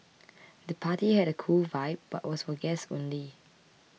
the party had a cool vibe but was for guests only